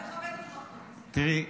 תראי,